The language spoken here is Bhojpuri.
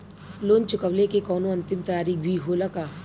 लोन चुकवले के कौनो अंतिम तारीख भी होला का?